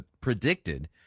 predicted